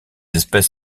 espèces